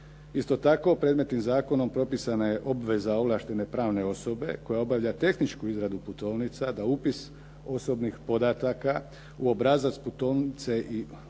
Isto tako, predmetnim zakonom propisana je obveza ovlaštene pravne osobe koja obavlja tehničku izradu putovnica da upis osobnih podataka u obrazac putovnice i